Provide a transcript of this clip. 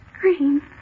Green